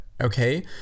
okay